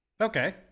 Okay